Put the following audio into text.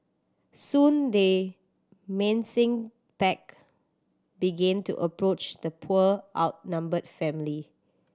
soon the menacing pack begin to approach the poor outnumbered family